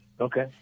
Okay